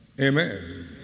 Amen